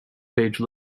page